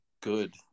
good